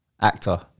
actor